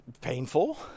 painful